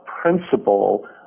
principle